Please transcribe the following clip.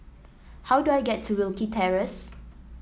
how do I get to Wilkie Terrace